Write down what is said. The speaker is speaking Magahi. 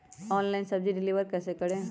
ऑनलाइन सब्जी डिलीवर कैसे करें?